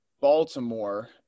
baltimore